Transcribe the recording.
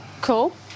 Cool